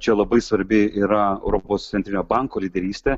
čia labai svarbi yra europos centrinio banko lyderystė